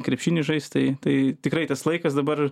krepšinį žaist tai tai tikrai tas laikas dabar